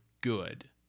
good